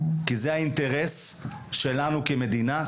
כי זה האינטרס שלנו כמדינה.